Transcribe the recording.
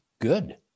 good